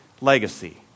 legacy